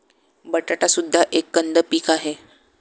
बटाटा सुद्धा एक कंद पीक आहे